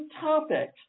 topic